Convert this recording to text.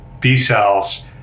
B-cells